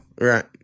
Right